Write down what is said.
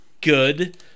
good